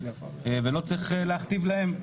ולא צריך להכתיב להם.